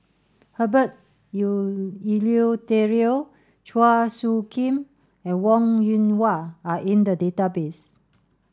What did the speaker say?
Herbert Eleuterio Chua Soo Khim and Wong Yoon Wah are in the database